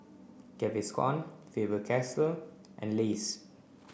Gaviscon Faber Castell and Lays